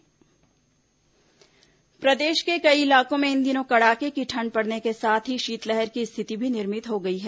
शीतलहर बचाव प्रदेश के कई इलाकों में इन दिनों कड़ाके की ठंड पड़ने के साथ ही शीतलहर की स्थिति भी निर्मित हो गई है